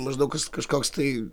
maždaug kas kažkoks tai